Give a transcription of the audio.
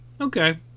Okay